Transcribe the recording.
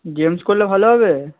gents করলে ভালো হবে